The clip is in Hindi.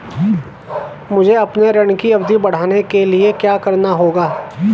मुझे अपने ऋण की अवधि बढ़वाने के लिए क्या करना होगा?